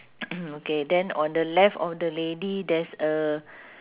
okay then on the left of the lady there's a